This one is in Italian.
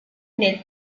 nel